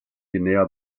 guinea